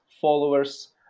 followers